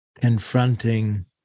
confronting